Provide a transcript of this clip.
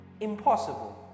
impossible